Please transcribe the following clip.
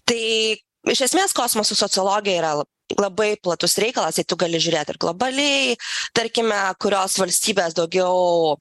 tai iš esmės kosmoso sociologija yra labai platus reikalas tai tu gali žiūrėt ir globaliai tarkime kurios valstybės daugiau